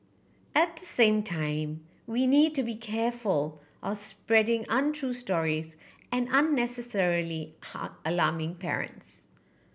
at the same time we need to be careful or spreading untrue stories and unnecessarily alarming parents